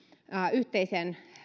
yhteisen